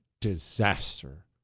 disaster